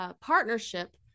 partnership